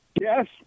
Yes